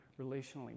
relationally